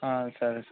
సరే సార్